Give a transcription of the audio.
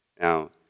Now